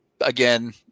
Again